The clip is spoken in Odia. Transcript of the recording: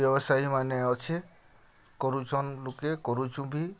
ବ୍ୟବସାୟୀମାନେ ଅଛେ କରୁଛନ୍ ଲୋକେ କରୁଛୁ ବି